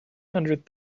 hundred